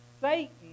Satan